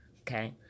Okay